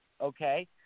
okay